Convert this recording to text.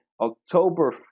October